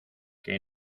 que